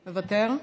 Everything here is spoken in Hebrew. מוותר.